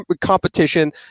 competition